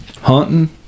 Hunting